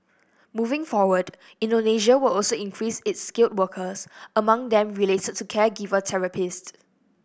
moving forward Indonesia will also increase its skilled workers among them related to caregiver therapists